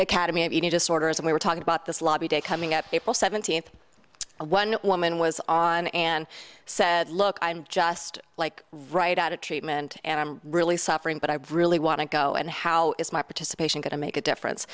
academy eating disorders and we were talking about this lobby day coming up april seventeenth a one woman was on and said look i'm just like right out of treatment and i'm really suffering but i really want to go and how is my participation going to make a difference